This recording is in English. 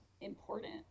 important